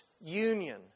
union